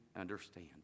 understand